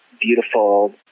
beautiful